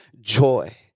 joy